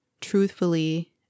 truthfully